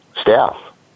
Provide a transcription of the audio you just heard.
staff